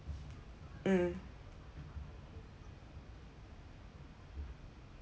mm